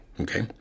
Okay